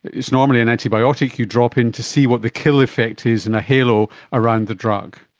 it's normally an antibiotic you drop in, to see what the kill effect is in a halo around the drug.